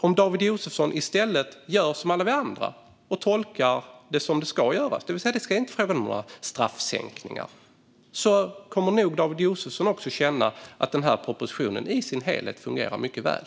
Om David Josefsson i stället gör som alla vi andra och tolkar detta som det ska göras, det vill säga att det inte är fråga om några straffsänkningar, kommer han nog också att känna att denna proposition i sin helhet fungerar mycket väl.